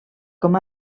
com